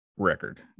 record